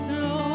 no